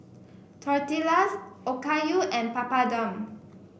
Tortillas Okayu and Papadum